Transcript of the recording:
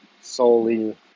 solely